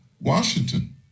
Washington